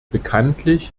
bekanntlich